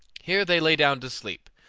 here they lay down to sleep,